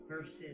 verses